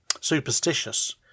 superstitious